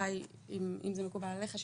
אם זה מקובל עליך,